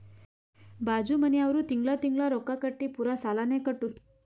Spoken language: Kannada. ಬಾಜು ಮನ್ಯಾವ್ರು ತಿಂಗಳಾ ತಿಂಗಳಾ ರೊಕ್ಕಾ ಕಟ್ಟಿ ಪೂರಾ ಸಾಲಾನೇ ಕಟ್ಟುರ್